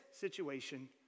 situation